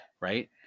right